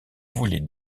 voulez